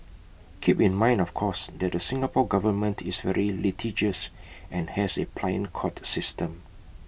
keep in mind of course that the Singapore Government is very litigious and has A pliant court system